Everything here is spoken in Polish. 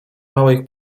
małej